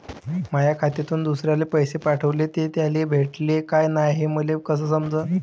माया खात्यातून दुसऱ्याले पैसे पाठवले, ते त्याले भेटले का नाय हे मले कस समजन?